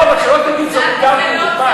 לא, אבל שלא, זק"א זה לא צה"ל.